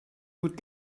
gut